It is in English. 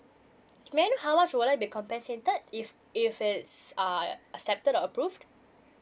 may I know how much would I be compensated if if it's uh accepted or approved